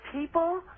people